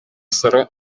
salon